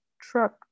truck